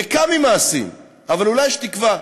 ריקה ממעשים, אבל אולי יש תקווה.